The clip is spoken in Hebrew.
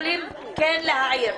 יכולים כן להעיר.